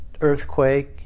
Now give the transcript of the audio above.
earthquake